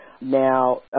Now